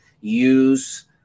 use